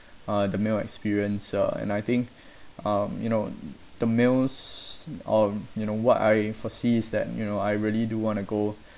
uh the meal experience uh and I think um you know the meals um you know what I foresee is that you know I really do want to go